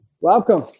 Welcome